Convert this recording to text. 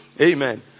Amen